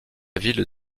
ville